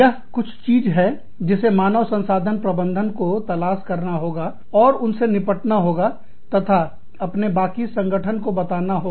यह कुछ चीज है जिसे मानव संसाधन प्रबंधन को तलाश करना होगा और उनसे निपटना होगा तथा अपने बाकी संगठन को बताना होगा